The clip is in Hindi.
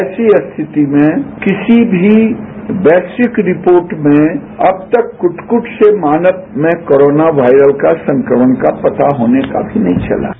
ऐसी स्थिति में किसी भी वैश्विक रिपोर्ट में अब तक कुटकुट से मानव में कोरोना वायरस का संक्रमण का पता होने का भी नहीं चला है